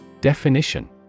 Definition